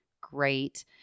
great